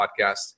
Podcast